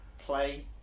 Play